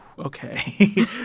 okay